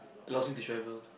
allows me to travel